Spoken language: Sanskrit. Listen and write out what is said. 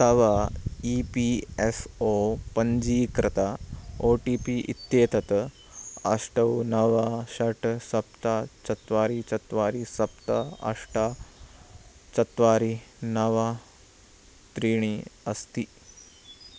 तव ई पी एफ़् ओ पञ्जीकृत ओ टि पि इत्येतत् अष्ट नव षट् सप्त चत्वारि चत्वारि सप्त अष्ट चत्वारि नव त्रीणि अस्ति